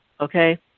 okay